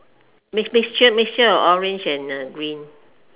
mix mixture mixture of orange and green